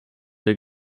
der